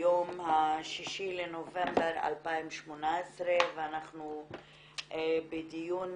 היום ה-6 בנובמבר 2018. אנחנו בדיון